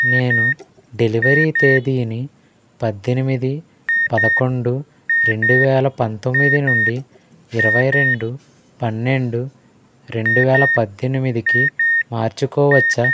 నేను డెలివరీ తేదీని పద్దెనిమిది పదకొండు రెండు వేల పంతొమ్మిది నుండి ఇరవై రెండు పన్నెండు రెండు వేల పద్దెనిమిదికి మార్చుకోవచ్చా